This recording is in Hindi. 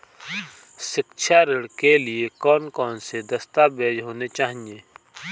शिक्षा ऋण के लिए कौन कौन से दस्तावेज होने चाहिए?